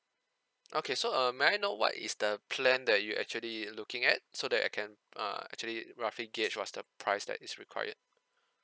okay so uh may I know what is the plan that you actually looking at so that I can err actually roughly gauge what's the price that is required